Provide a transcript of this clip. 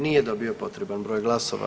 Nije dobio potreban broj glasova.